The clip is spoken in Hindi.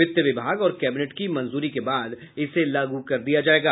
वित्त विभाग और कैबिनेट की मंजूरी के बाद इसे लागू कर दिया जायेगा